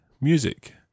music